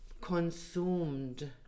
consumed